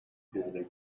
darling